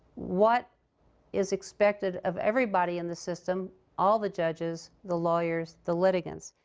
what is expected of everybody in the system all the judges, the lawyers, the litigants.